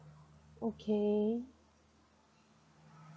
okay